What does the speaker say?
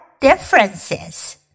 differences